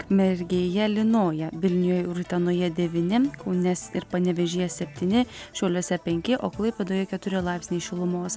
ukmergėje lynoja vilniuje ir utenoje devyni kaune ir panevėžyje septyni šiauliuose penki o klaipėdoje keturi laipsniai šilumos